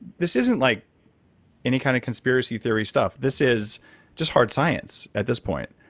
this isn't like any kind of conspiracy theory stuff. this is just hard science at this point.